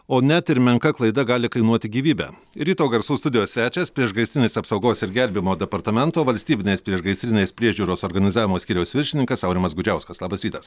o net ir menka klaida gali kainuoti gyvybę ryto garsų studijos svečias priešgaisrinės apsaugos ir gelbėjimo departamento valstybinės priešgaisrinės priežiūros organizavimo skyriaus viršininkas aurimas gudžiauskas labas rytas